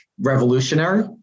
revolutionary